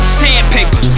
sandpaper